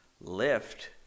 lift